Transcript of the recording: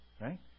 Right